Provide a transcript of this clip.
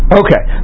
okay